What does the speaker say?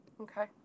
okay